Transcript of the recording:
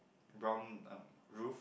brown um roof